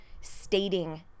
stating